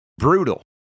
Brutal